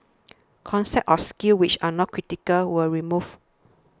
concepts or skills which are not critical were removed